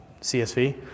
CSV